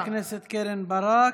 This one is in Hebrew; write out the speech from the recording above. תודה, חברת הכנסת קרן ברק.